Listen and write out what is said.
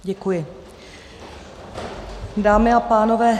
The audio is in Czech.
Děkuji, dámy a pánové.